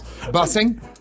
Bussing